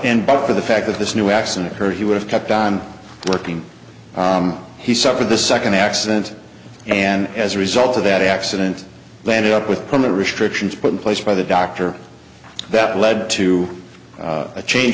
and but for the fact that this new accident occurred he would have kept on working he suffered the second accident and as a result of that accident landed up with current restrictions put in place by the doctor that led to a change